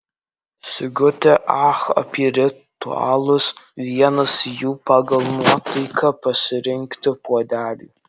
sigutė ach apie ritualus vienas jų pagal nuotaiką pasirinkti puodelį